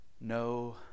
No